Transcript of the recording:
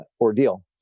ordeal